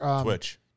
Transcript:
Twitch